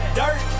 dirt